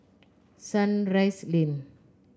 Sunrise Lane